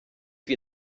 wie